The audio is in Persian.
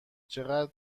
چقدر